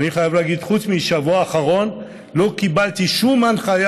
אני חייב להגיד שחוץ מבשבוע האחרון לא קיבלתי שום הנחיה